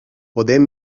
podem